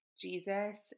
Jesus